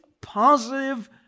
positive